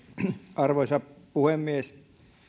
arvoisa puhemies